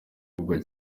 kugwa